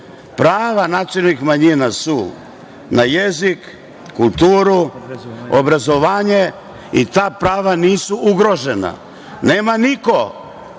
Prava nacionalnih manjina su na jezik, kulturu, obrazovanje i ta prava nisu ugrožena. Nema niko